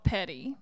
Petty